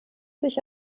sich